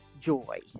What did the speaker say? joy